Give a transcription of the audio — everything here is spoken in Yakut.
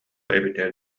эбитэ